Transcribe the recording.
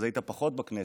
ולכן היית פחות בכנסת,